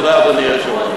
תודה, אדוני היושב-ראש.